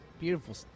beautiful